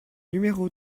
numéro